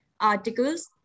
articles